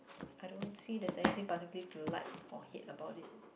I don't see there's anything particularly to like or hate about it